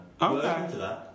Okay